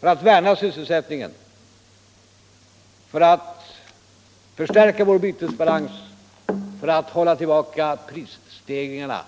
för att slå vakt om sysselsättningen, för att stärka vår bytesbalans och för att hålla tillbaka prisstegringarna.